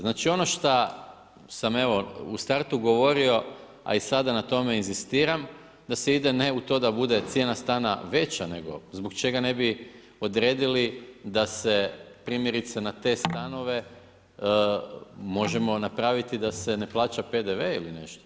Znači, ono što samo u startu govorio, a i sada na tome inzistiram, da se ide ne u to da bude cijena stana veća nego, zbog čega ne bi odredili da se, primjerice na te stanove možemo napraviti da se ne plaća PDV ili nešto.